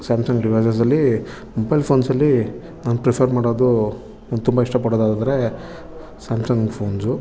Samsung ಡಿವೈಸಸ್ಸಲ್ಲಿ mobile ಫೋನ್ಸಲ್ಲಿ ನಾನು ಪ್ರಿಫರ್ ಮಾಡೋದು ನಾನು ತುಂಬ ಇಷ್ಟ ಪಡೋದಾದರೆ ಸ್ಯಾಮ್ಸಂಗ್ ಫೋನ್ಸು